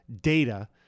data